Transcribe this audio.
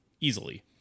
easily